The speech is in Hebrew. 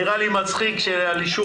ואין לי שום מניעה נראה לי מצחיק שעל אישור